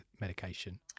medication